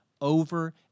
Over